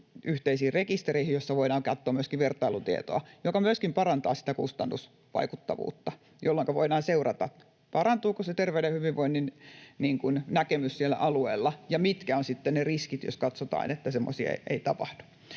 yhteisiin rekistereihin, joissa voidaan katsoa myöskin vertailutietoa, joka myöskin parantaa sitä kustannusvaikuttavuutta, jolloinka voidaan seurata, parantuuko se terveyden ja hyvinvoinnin näkemys siellä alueella ja mitkä ovat sitten ne riskit, jos katsotaan, että semmoisia ei tapahdu.